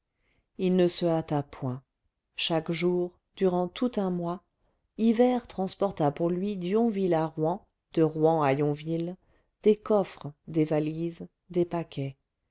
il ne se hâta point chaque jour durant tout un mois hivert transporta pour lui d'yonville à rouen de rouen à yonville des coffres des valises des paquets